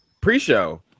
pre-show